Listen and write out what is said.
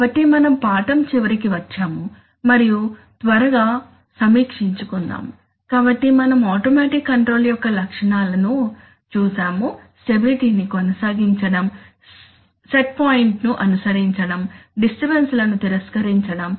కాబట్టి మనం పాఠం చివరకి వచ్చాము మరియు త్వరగా సమీక్షించుకుందాం కాబట్టి మనం ఆటోమేటిక్ కంట్రోల్ యొక్క లక్ష్యాలను చూశాము స్టెబిలిటీ ని కొనసాగించడం సెట్ పాయింట్ను అనుసరించడం డిస్టర్బన్స్ లను తిరస్కరించడం